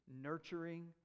nurturing